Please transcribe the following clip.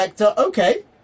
Okay